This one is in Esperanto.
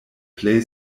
plej